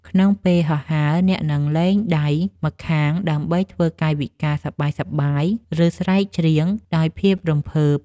ក្នុងពេលហោះហើរ អ្នកអាចលែងដៃម្ខាងដើម្បីធ្វើកាយវិការសប្បាយៗ ឬស្រែកច្រៀងដោយភាពរំភើប។